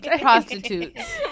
Prostitutes